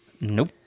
Nope